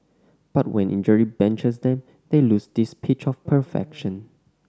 but when injury benches them they lose this pitch of perfection